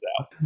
out